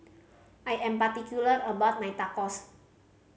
I am particular about my Tacos